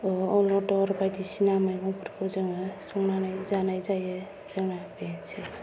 अल'दर बायदिसिना मैगंफोरखौ जोङो संनानै जानाय जायो जोंना बेनोसै